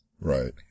Right